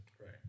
right